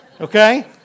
okay